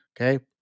Okay